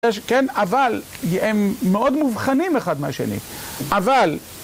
כן, אבל הם מאוד מובחנים אחד מהשני אבל